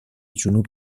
جنوب